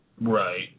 Right